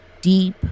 deep